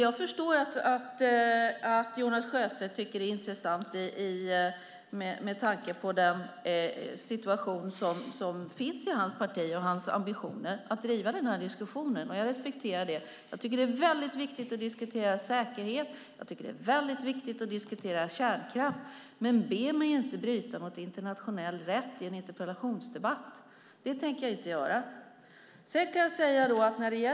Jag förstår att Jonas Sjöstedt tycker att det är intressant att driva denna diskussion med tanke på den situation som råder i hans parti och hans ambitioner. Jag respekterar det. Jag tycker att det är viktigt att diskutera säkerhet och kärnkraft. Men be mig inte bryta mot internationell rätt i en interpellationsdebatt! Det tänker jag inte göra.